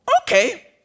Okay